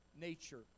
nature